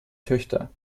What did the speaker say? töchter